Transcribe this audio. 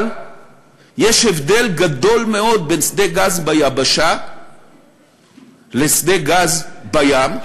אבל יש הבדל גדול מאוד בין שדה גז ביבשה לשדה גז בים,